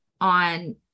on